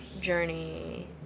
journey